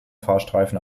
fahrstreifen